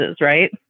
right